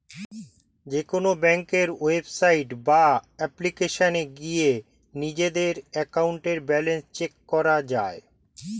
যেকোনো ব্যাংকের ওয়েবসাইট বা অ্যাপ্লিকেশনে গিয়ে নিজেদের অ্যাকাউন্টের ব্যালেন্স চেক করা যায়